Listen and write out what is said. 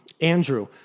Andrew